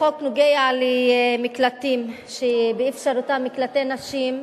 החוק נוגע למקלטים, מקלטי נשים,